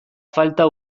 falta